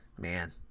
Man